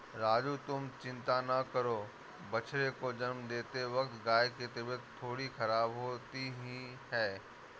राजू तुम चिंता ना करो बछड़े को जन्म देते वक्त गाय की तबीयत थोड़ी खराब होती ही है